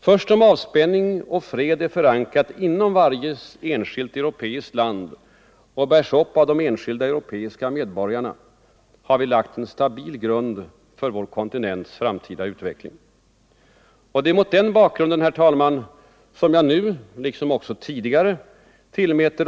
Först om avspänning och fred är förankrade inom varje enskilt europeiskt land och bärs upp av de enskilda europeiska medborgarna, har vi lagt en stabil grund för vår kontinents framtida utveckling. Det är mot den bakgrunden, herr talman, som jag nu, liksom tidigare, tillmäter